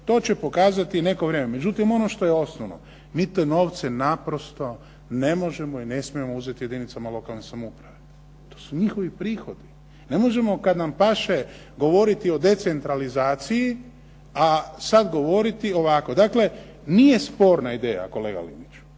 to će pokazati neko vrijeme. Međutim, ono što je osnovno mi te novce naprosto ne možemo i ne smijemo uzeti jedinicama lokalne samouprave. To su njihovi prihodi. Ne možemo kad nam paše govoriti o decentralizaciji, a sad govoriti ovako. Dakle, nije sporna ideja kolega Liniću.